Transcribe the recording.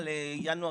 10:40.)